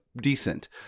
decent